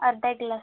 अर्धा एक ग्लास